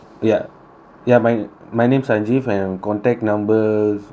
ya my my name sanjeev and contact numbers uh